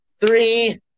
three